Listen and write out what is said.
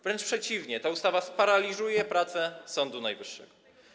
Wręcz przeciwnie, ta ustawa sparaliżuje prace Sądu Najwyższego.